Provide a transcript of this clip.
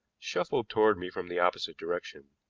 shuffled toward me from the opposite direction.